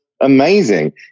amazing